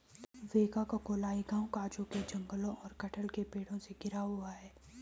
वेगाक्कोलाई गांव काजू के जंगलों और कटहल के पेड़ों से घिरा हुआ है